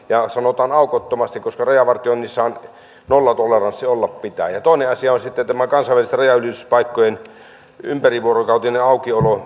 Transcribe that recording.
ja sanotaan aukottomasti koska rajavartioinnissahan nollatoleranssi olla pitää ja toinen asia on sitten tämä kansainvälisten rajanylityspaikkojen ympärivuorokautinen aukiolo